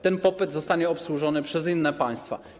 Ten popyt zostanie obsłużony przez inne państwa.